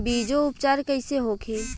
बीजो उपचार कईसे होखे?